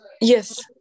Yes